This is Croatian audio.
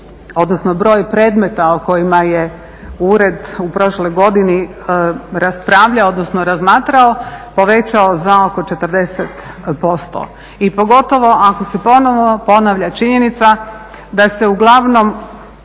odnosno broj predmeta o kojima je ured u prošloj godini raspravljao odnosno razmatrao povećao za oko 40% i pogotovo ako se ponovno ponavlja činjenica da se uglavnom